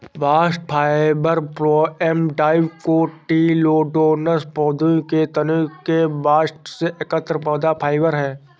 bast fibre phloem dicotyledonous पौधों के तने के बास्ट से एकत्र पौधा फाइबर है